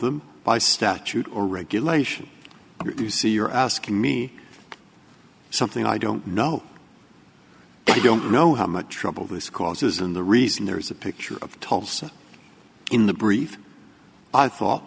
them by statute or regulation you see you're asking me something i don't know i don't know how much trouble this causes and the reason there is a picture of tulsa in the brief i thought